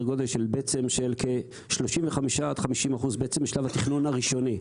גודל של כ-35% עד 50% משלב התכנון הראשוני.